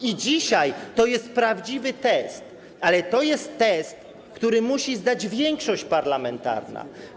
I dzisiaj to jest prawdziwy test, ale to jest test, który musi zdać większość parlamentarna.